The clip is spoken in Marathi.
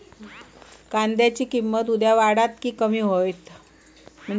कांद्याची किंमत उद्या वाढात की कमी होईत?